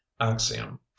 axiom